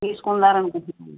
తీసుకుందారనుకుంటున్నానండి